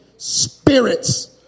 spirits